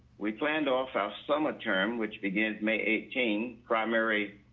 we planned off our summer term which begins may eight chain primary,